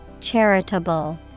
Charitable